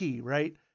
right